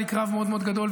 היה לי קרב מאוד מאוד גדול,